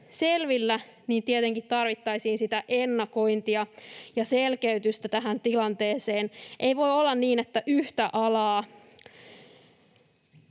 niin tietenkin tarvittaisiin ennakointia ja selkeytystä tähän tilanteeseen. Ei voi olla niin, että yhtä alaa